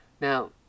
Now